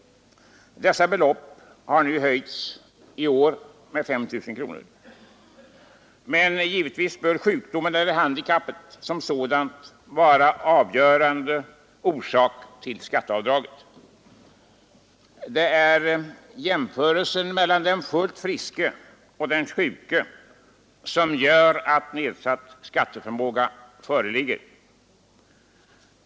Dessa belopp har i år höjts med 5 000 kronor. Men givetvis bör sjukdomen eller handikappet som sådant vara avgörande orsak till skatteavdraget. Det är jämförelsen mellan den fullt friske och den sjuke som gör att nedsatt skatteförmåga föreligger.